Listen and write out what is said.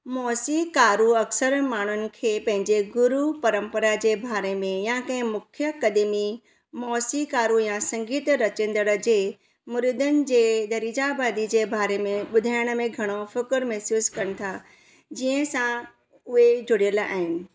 मौसीक़ारु अक्सरु माण्हुनि खे पंहिंजे गुरू परम्परा जे बारे में या कंहिं मुख्य क़दीमी मौसीक़ारु या संगीत रचींदड़ु जे मुरीदनि जी दरिज़ाबदी जे बारे में बु॒धाइण में घणो फ़ख़ुरु महिसूसु कनि था जंहिंसां उहे जुड़ियलु आहिनि